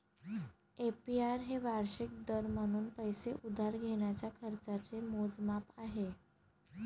APR हे वार्षिक दर म्हणून पैसे उधार घेण्याच्या खर्चाचे मोजमाप आहे